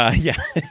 ah yeah,